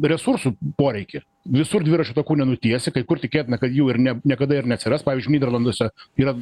resursų poreikį visur dviračių takų nenutiesi kai kur tikėtina kad jų ir ne niekada ir neatsiras pavyzdžiui nyderlanduose yra